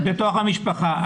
בתוך המשפחה.